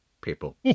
people